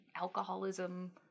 alcoholism